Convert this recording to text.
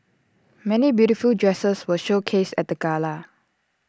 many beautiful dresses were showcased at the gala